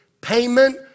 Payment